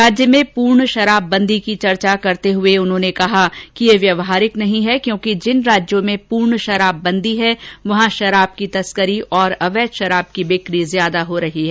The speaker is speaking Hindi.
राज्य में पूर्ण शराबबंदी की चर्चा करते हुए उन्होंने कहा कि यह व्यवहारिक नहीं है क्योंकि जिन राज्यों में पूर्ण शराबबदी है वहां शराब की तस्करी और अवैध शराब की बिक्री ज्यादा हो रही है